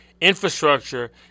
infrastructure